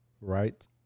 Right